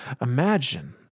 Imagine